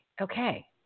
okay